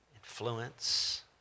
influence